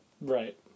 Right